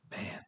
man